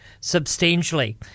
substantially